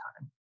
time